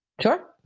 Sure